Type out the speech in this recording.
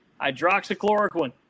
Hydroxychloroquine